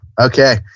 Okay